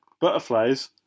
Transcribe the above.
butterflies